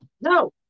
No